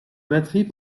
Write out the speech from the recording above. batterie